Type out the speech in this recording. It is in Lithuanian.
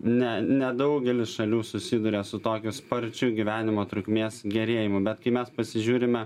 ne nedaugelis šalių susiduria su tokiu sparčiu gyvenimo trukmės gerėjimu bet kai mes pasižiūrime